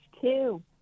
two